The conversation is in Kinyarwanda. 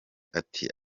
ati